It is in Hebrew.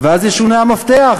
ואז ישונה המפתח.